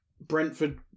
Brentford